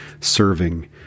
serving